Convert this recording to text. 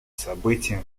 событием